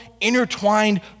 intertwined